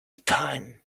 time